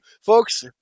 folks